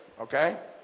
Okay